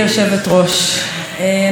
אנחנו מתכנסים כאן היום,